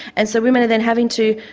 and so women have been having to.